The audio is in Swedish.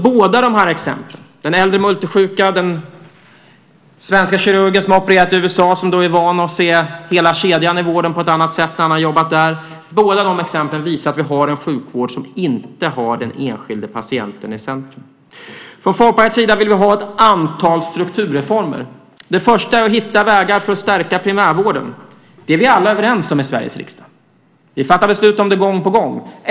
Både dessa exempel - den äldre multisjuka, och den svenska kirurgen som har opererat i USA och van att se hela kedjan i vården på ett annat sätt när han har jobbat där - visar att vi har en sjukvård som inte har den enskilde patienten i centrum. Från Folkpartiets sida vill vi ha ett antal strukturreformer. Det första är att hitta vägar för att stärka primärvården. Det är vi alla överens om i Sveriges riksdag. Vi fattar beslut om det gång på gång.